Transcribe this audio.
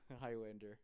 Highlander